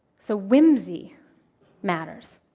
so whimsy matters.